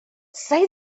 say